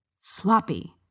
Sloppy